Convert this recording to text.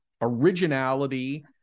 originality